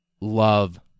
love